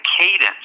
cadence